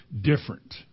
different